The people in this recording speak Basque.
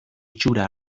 itxura